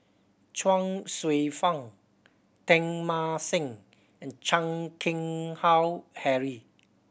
Chuang Hsueh Fang Teng Mah Seng and Chan Keng Howe Harry